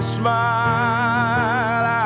smile